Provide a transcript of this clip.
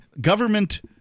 government